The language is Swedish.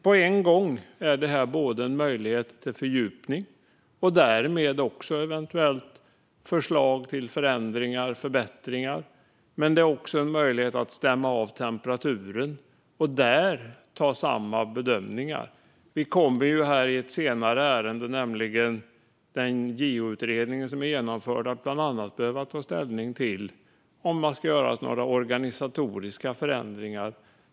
På en gång är det både en möjlighet till fördjupning och därmed också eventuellt förslag till förändringar och förbättringar och en möjlighet att stämma av temperaturen och göra samma bedömningar. Vi kommer i ett senare ärende om den JO-utredning som är genomförd att bland annat behöva ta ställning till om det ska göras några organisatoriska förändringar.